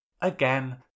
again